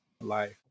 life